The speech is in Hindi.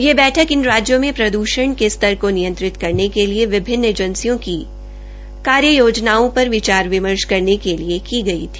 यह बैठक इन राज्यों में प्रद्वषण के स्तर नियंत्रित करने के लिए विभिन्न एजेंसियों की कार्ययोजनाओं पर विचार विमर्श को करने के लिए की गई है